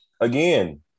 Again